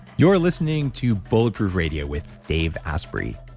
you're listening to bulletproof radio with dave asprey.